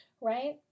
Right